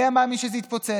מי היה מאמין שזה יתפוצץ?